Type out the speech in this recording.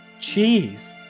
Cheese